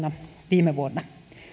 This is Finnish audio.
viime vuonna